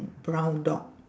brown dog